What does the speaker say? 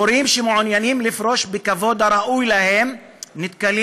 מורים שמעוניינים לפרוש בכבוד הראוי להם נתקלים